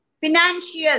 financial